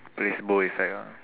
placebo effect ah